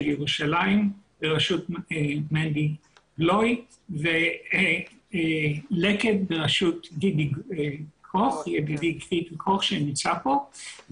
ירושלים ברשות מגי בלוייט ולקט ברשות גידי כרוך שנמצא פה,